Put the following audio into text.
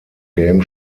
game